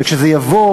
וכשזה יבוא,